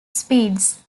speeds